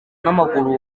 n’amaguru